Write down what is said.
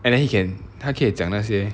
and then he can 他可以讲那些